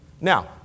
Now